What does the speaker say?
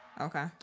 Okay